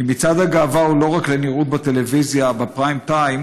כי מצעד הגאווה הוא לא רק לנראות בטלוויזיה בפריים טיים,